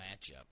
matchup